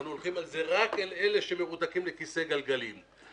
אלא רק לגבי אלה שמרותקים לכיסא גלגלים.